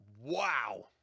Wow